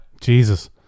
Jesus